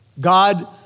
God